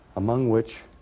among which